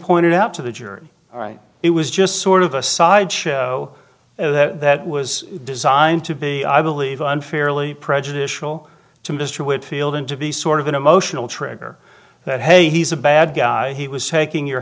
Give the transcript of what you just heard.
pointed out to the jury all right it was just sort of a sideshow that was designed to be i believe unfairly prejudicial to mr wickfield and to be sort of an emotional trigger that hey he's a bad guy he was taking your